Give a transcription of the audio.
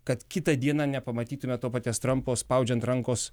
kad kitą dieną nepamatytumėme to paties trampo spaudžiant rankos